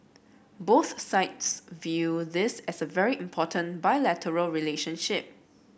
both sides view this as a very important bilateral relationship